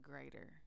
greater